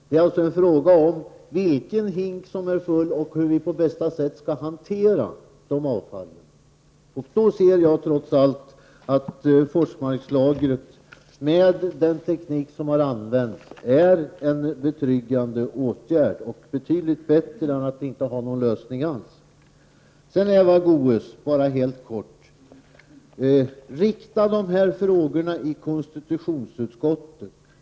Det är alltså fråga om vilken hink som är full och hur vi på bästa sätt skall hantera dessa avfall. Då ser jag trots allt att Forsmarkslagret med den teknik som har använts innebär en betryggande åtgärd — och det är betydligt bättre än att inte ha någon lösning alls. Sedan vill jag helt kort säga till Eva Goés: Ställ de här frågorna i konstitutionsutskottet!